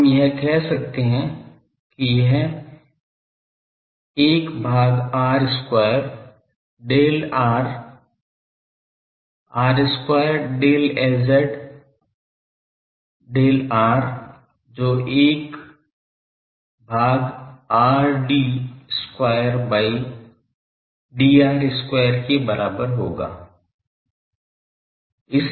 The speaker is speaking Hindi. तो हम यह कह सकते हैं कि यह 1 by r square del r r square del Az del r जो 1 by r d square by dr square के बराबर होगा